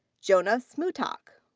jonas smutak.